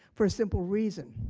for simple reason.